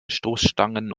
stoßstangen